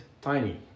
tiny